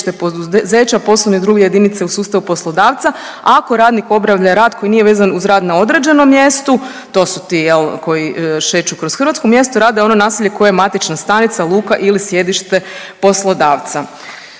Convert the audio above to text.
poduzeća, poslovne ili druge jedinice u sustavu poslodavca. A ako radnik obavlja rad koji nije vezan uz rad na određenom mjestu to su ti koji šeću kroz Hrvatsku mjesto rada je ono naselje koje je matična stanica, luka ili sjedište poslodavca.